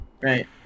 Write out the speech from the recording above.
Right